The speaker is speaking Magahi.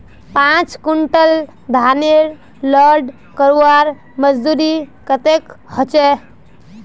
पाँच कुंटल धानेर लोड करवार मजदूरी कतेक होचए?